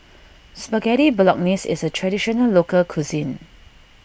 Spaghetti Bolognese is a Traditional Local Cuisine